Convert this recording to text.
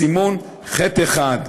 בסימון (ח1),